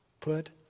put